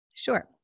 Sure